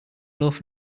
loaf